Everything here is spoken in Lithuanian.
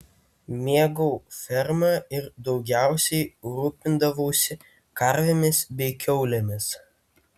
mėgau fermą ir daugiausiai rūpindavausi karvėmis bei kiaulėmis